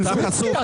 אתה חצוף.